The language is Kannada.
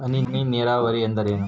ಹನಿ ನೇರಾವರಿ ಎಂದರೇನು?